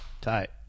Tight